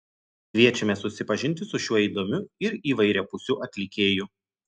kviečiame susipažinti su šiuo įdomiu ir įvairiapusiu atlikėju